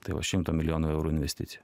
tai va šimto milijonų eurų investicija